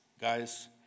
Guys